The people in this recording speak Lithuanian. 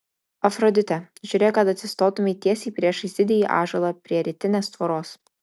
afrodite žiūrėk kad atsistotumei tiesiai priešais didįjį ąžuolą prie rytinės tvoros